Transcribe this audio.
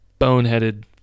boneheaded